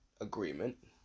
Agreement